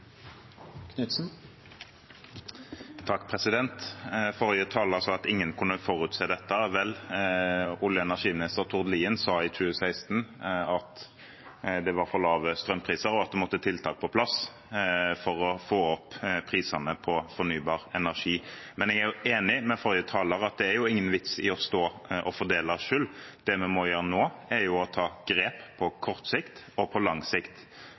sa at ingen kunne forutse dette. Vel, olje- og energiminister Tord Lien sa i 2016 at det var for lave strømpriser, og at det måtte tiltak på plass for å få opp prisene på fornybar energi. Men jeg er enig med forrige taler i at det ikke er noen vits i å stå og fordele skyld. Det vi må gjøre nå, er å ta grep på kort sikt og på lang sikt.